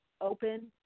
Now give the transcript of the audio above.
open